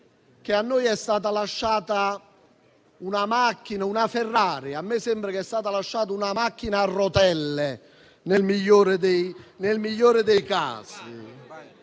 che a noi è stata lasciata una Ferrari; a me sembra che ci sia stata lasciata una macchina a rotelle, nel migliore dei casi,